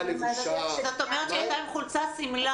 את אומרת שהיא הייתה עם חולצה-שמלה?